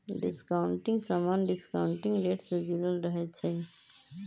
discounting समान्य discounting rate से जुरल रहै छइ